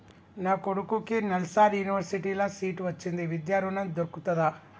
నా కొడుకుకి నల్సార్ యూనివర్సిటీ ల సీట్ వచ్చింది విద్య ఋణం దొర్కుతదా?